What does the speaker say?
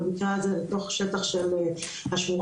במקרה הזה לתוך שטח של השמורה.